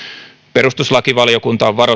perustuslakivaliokunta on